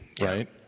right